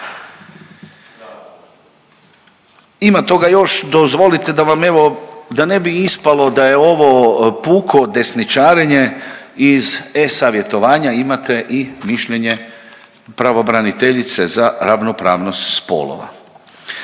Ima toga još, dozvolite da vam evo, da ne bi ispalo da je ovo puko desničarenje iz e-savjetovanja imate i mišljenje pravobraniteljice za ravnopravnost spolova.